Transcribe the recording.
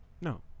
No